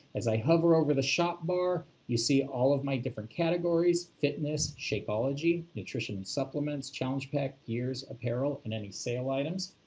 as i hover over the shop bar, you see all of my different categories, fitness, shakeology, nutrition and supplements, challenge packs, gear, apparel, and any sale items.